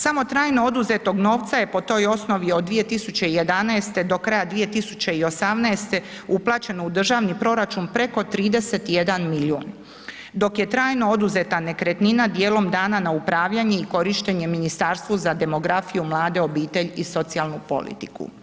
Samo trajno oduzetog novca je po toj osnovi od 2011. do kraja 2018. uplaćeno u državni proračun preko 31 milijun, dok je trajno oduzeta nekretnina dijelom dana na upravljanje i korištenje Ministarstvu za demografiju, mlade, obitelj i socijalnu politiku.